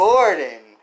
Gordon